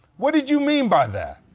what did you mean by that?